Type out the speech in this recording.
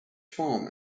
farm